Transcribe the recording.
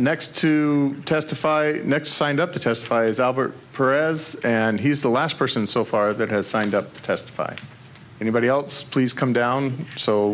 next to testify next signed up to testify is albert per as and he's the last person so far that has signed up to testify anybody else please come down so